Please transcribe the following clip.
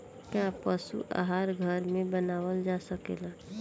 का पशु आहार घर में बनावल जा सकेला?